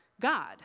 God